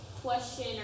question